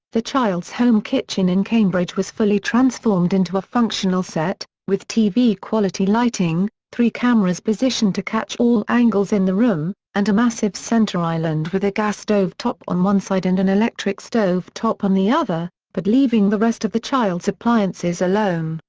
the childs' home kitchen in cambridge was fully transformed into a functional set, with tv-quality lighting, three cameras positioned to catch all angles in the room, and a massive center island with a gas stovetop on one side and an electric stovetop on the other, but leaving the rest of the childs' appliances alone,